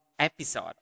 episode